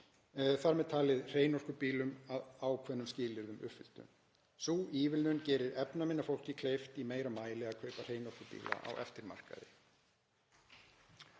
þ.m.t. hreinorkubílum, að ákveðnum skilyrðum uppfylltum. Sú ívilnun gerir efnaminna fólki kleift í meira mæli að kaupa hreinorkubíla á eftirmarkaði.